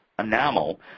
enamel